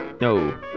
No